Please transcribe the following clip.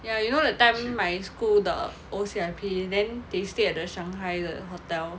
ya you know that time my school the O_C_I_P then they stay at the shanghai the hotel